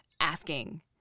asking